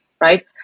right